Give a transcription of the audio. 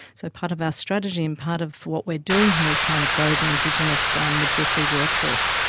so part of our strategy and part of what we're doing here is trying to grow the indigenous um midwifery workforce.